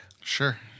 Sure